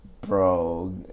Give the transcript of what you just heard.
Bro